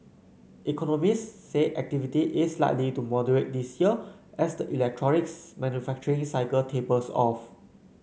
economists say activity is likely to moderate this year as the electronics manufacturing cycle tapers off